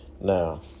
Now